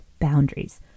boundaries